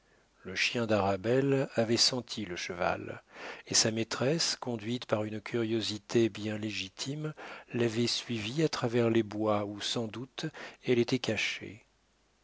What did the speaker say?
le chien d'arabelle avait senti le cheval et sa maîtresse conduite par une curiosité bien légitime l'avait suivi à travers les bois où sans doute elle était cachée